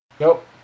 Nope